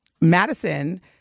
Madison